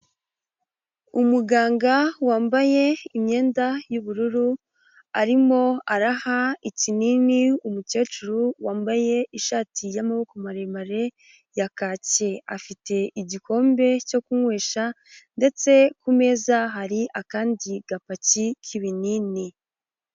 Umuganga wambaye imyenda y'ubururu, arimo araha ikinini umukecuru wambaye ishati y'amaboko maremare ya kake. Afite igikombe cyo kunywesha ndetse ku meza hari akandi gapaki k'ibinini.